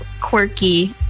quirky